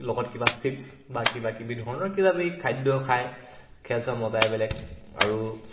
লগত কিবা চিপ্ছ বা কিবা কিবি ধৰণৰ কিবাকিবি খাদ্য খায় খেল চোৱা মজাই বেলেগ আৰু